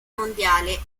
mondiale